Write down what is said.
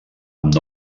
amb